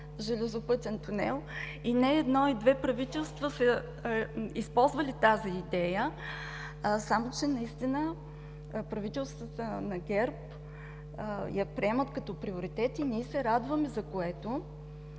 железопътен тунел, и не едно и две правителства са използвали тази идея. Само че наистина правителствата на ГЕРБ я приемат като приоритет и ние се радваме за това.